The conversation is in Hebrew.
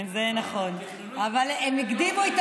הם לא רגילים.